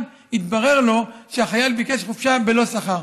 התברר לו שהחייל ביקש חופשה ללא שכר.